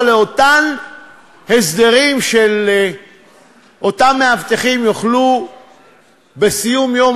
לאותם הסדרים שאותם מאבטחים יוכלו בסיום יום